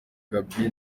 gaby